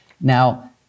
Now